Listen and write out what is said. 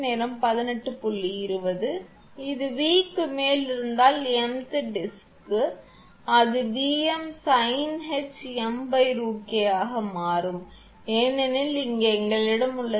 இது V க்கு மேல் இருந்தால் m th டிஸ்கிக்கு அது 𝑉𝑚 sinh 𝑚√𝑘 ஆக மாறும் ஏனென்றால் இங்கே எங்களிடம் உள்ளது